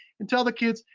and tell the kids,